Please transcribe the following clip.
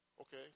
okay